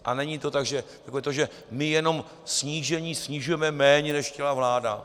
A není to tak, že my jenom snížením snižujeme méně, než chtěla vláda.